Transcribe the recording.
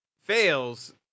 fails